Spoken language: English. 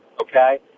okay